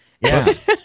Yes